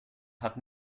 hat